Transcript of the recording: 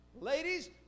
Ladies